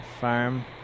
farm